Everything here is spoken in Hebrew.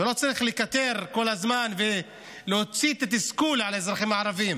ולא צריך לקטר כל הזמן ולהוציא את התסכול על האזרחים הערבים.